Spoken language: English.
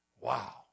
Wow